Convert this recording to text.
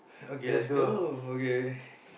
okay let's go okay